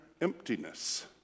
emptiness